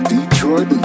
Detroit